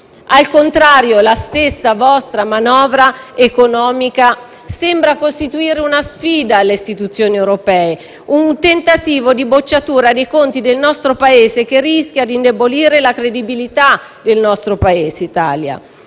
Al contrario, la stessa vostra manovra economica sembra costituire una sfida alle istituzioni europee, un tentativo di bocciatura dei conti del nostro Paese che rischia di indebolire la stessa credibilità del Paese Italia.